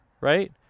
right